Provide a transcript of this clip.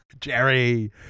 Jerry